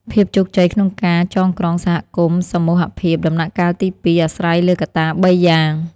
ភាពជោគជ័យក្នុងការចងក្រងសហគមន៍សមូហភាពដំណាក់កាលទី២ អាស្រ័យលើកត្តា ៣ យ៉ាង។